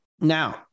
Now